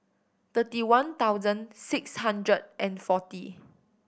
thirty one thousand six hundred and forty